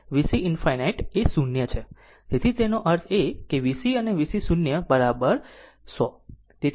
તેથી તેનો અર્થ એ કે VC અને VC 0 100